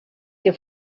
que